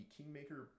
Kingmaker